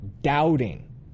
doubting